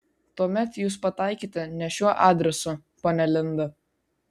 tuomet jūs pataikėte ne šiuo adresu ponia linda